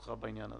סמכותך בעניין הזה.